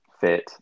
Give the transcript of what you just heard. fit